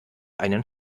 einen